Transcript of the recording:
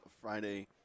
Friday